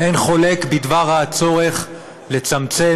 אין חולק בדבר הצורך לצמצם,